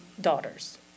daughters